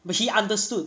but he understood